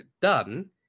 done